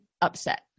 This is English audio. upset